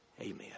Amen